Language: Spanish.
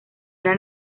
era